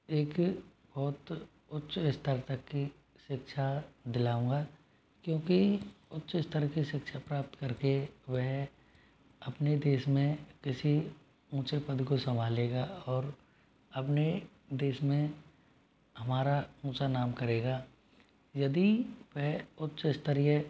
एक बहुत उच्च स्तर तक की शिक्षा दिलाऊँगा क्योंकि उच्च स्तर के शिक्षा प्राप्त कर के वह अपने देश में किसी ऊँचे पद को संभालेगा और अपने देश में हमारा ऊँचा नाम करेगा यदि वह उच्च स्तरीय